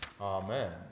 Amen